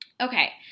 okay